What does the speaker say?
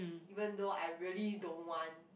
even though I really don't want